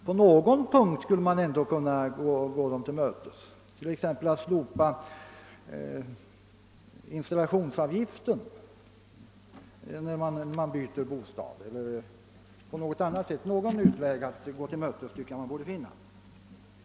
På den punkten vore det ändock möjligt att göra något, t.ex. genom att slopa installationsavgiften när man flyttar från en bostad till en annan. Någon utväg att gå abonnenterna till mötes tycker jag att man borde kunna finna.